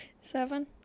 Seven